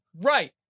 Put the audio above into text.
Right